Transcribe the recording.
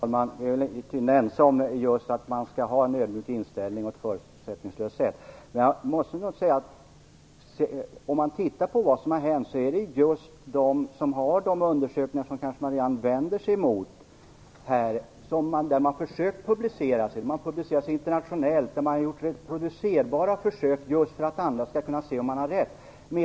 Herr talman! Jag sade just att man skall ha en ödmjuk inställning och ett förutsättningslöst sätt. De undersökningar som Marianne Andersson vänder sig mot har publicerats även i utlandet, och man har gjort publicerbara försök för att andra skall kunna se om man har rätt.